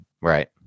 Right